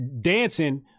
dancing